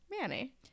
Manny